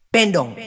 Bendong